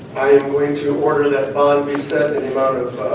i am going to order that bond be set in the amount of,